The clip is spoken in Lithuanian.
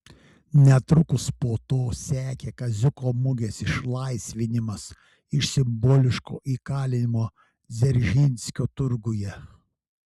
netrukus po to sekė kaziuko mugės išlaisvinimas iš simboliško įkalinimo dzeržinskio turguje